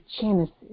Genesis